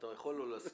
אתה יכול לא להסכים.